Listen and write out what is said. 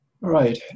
right